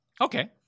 okay